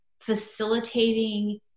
facilitating